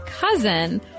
cousin